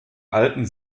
alten